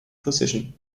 position